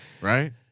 right